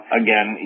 again